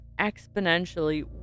exponentially